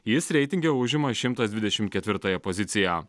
jis reitinge užima šimtas dvidešimt ketvirtąją poziciją